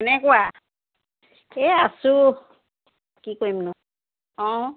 কেনেকুৱা এই আছোঁ কি কৰিম নো অঁ